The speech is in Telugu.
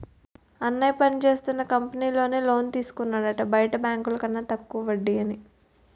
అన్నయ్య పనిచేస్తున్న కంపెనీలో నే లోన్ తీసుకున్నాడట బయట బాంకుల కన్న తక్కువ వడ్డీ అని